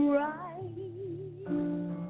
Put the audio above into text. right